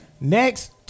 next